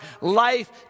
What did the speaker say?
life